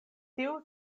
tiu